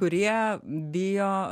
kurie bijo